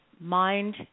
mind